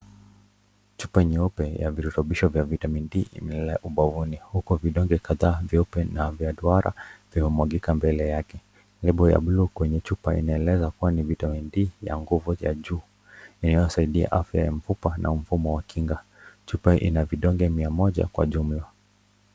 Chupa nyeupe ya virutobisho vya Vitamin D imelea ubaoni huku vidonge kadhaa vyeupe na vya duara vimemwagika mbele yake, nembo ya blu kwenye chupa inaeleza kuwa ni Vitamin D ya nguvu ya juu inayosaidia afya ya mfupa na mfumo wa kinga. Chupa ina vidonge mia moja kwa jumla.